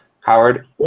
Howard